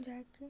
ଯାହାକେ